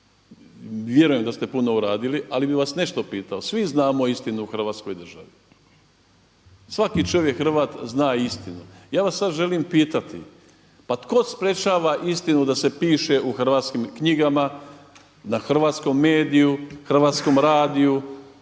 Vjerujem da ste puno uradili, ali bi vas nešto pitao. Svi znamo istinu o Hrvatskoj državi. Svaki čovjek Hrvat zna istinu. Ja vas sada želim pitati, pa tko sprečava istinu da se piše u hrvatskim knjigama na hrvatskom mediju, hrvatskom radiju